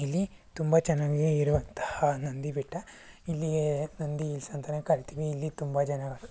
ಇಲ್ಲಿ ತುಂಬ ಚೆನ್ನಾಗಿ ಇರುವಂತಹ ನಂದಿ ಬೆಟ್ಟ ಇಲ್ಲಿ ನಂದಿ ಹಿಲ್ಸ್ ಅಂತಲೇ ಕರಿತೀವಿ ಇಲ್ಲಿ ತುಂಬ ಜನ